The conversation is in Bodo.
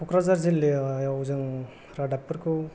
क'क्राझार जिल्लायाव जों रादाबफोरखौ